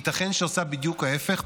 ייתכן שהיא עושה בדיוק ההפך,